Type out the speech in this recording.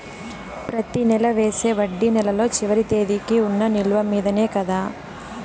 ప్రతి నెల వేసే వడ్డీ నెలలో చివరి తేదీకి వున్న నిలువ మీదనే కదా?